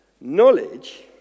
Knowledge